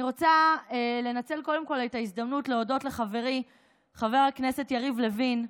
אני רוצה קודם כול לנצל את ההזדמנות להודות לחברי חבר הכנסת יריב לוין,